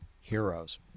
heroes